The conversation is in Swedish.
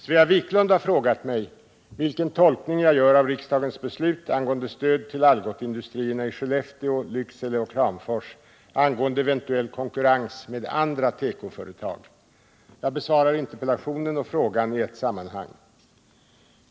Svea Wiklund har frågat mig vilken tolkning jag gör av riksdagens beslut angående stöd till Algotsindustrierna i Skellefteå, Lycksele och Kramfors angående eventuell konkurrens med andra tekoföretag. Jag besvarar interpellationen och frågan i ett sammanhang.